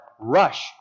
rush